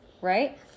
right